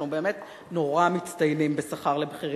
אנחנו באמת נורא מצטיינים בשכר לבכירים.